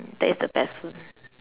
that is the best